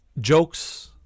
jokes